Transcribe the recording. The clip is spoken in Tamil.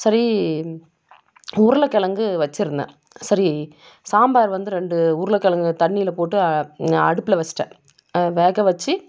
சரி உருளை கிழங்கு வச்சுருந்தேன் சரி சாம்பார் வந்து ரெண்டு உருளை கிழங்கு தண்ணியில் போட்டு நான் அடுப்பில் வச்சுட்டேன் வேக வச்சு